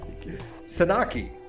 Sanaki